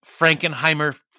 Frankenheimer